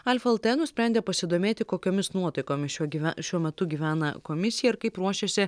alfa lt nusprendė pasidomėti kokiomis nuotaikomis šiuo gyve šiuo metu gyvena komisija ir kaip ruošiasi